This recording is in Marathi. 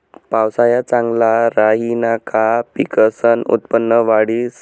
पावसाया चांगला राहिना का पिकसनं उत्पन्न वाढंस